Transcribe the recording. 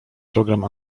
program